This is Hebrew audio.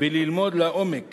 וללמוד לעומק